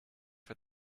for